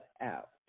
out